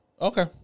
Okay